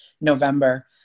November